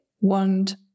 want